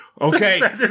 Okay